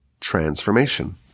Transformation